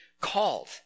called